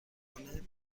خانه